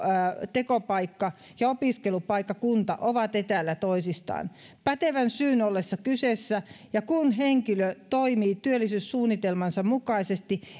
tekopaikka ja opiskelupaikkakunta ovat etäällä toisistaan pätevän syyn ollessa kyseessä ja kun henkilö toimii työllisyyssuunnitelmansa mukaisesti